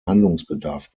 handlungsbedarf